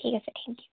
ঠিক আছে thank U